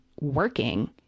working